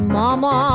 mama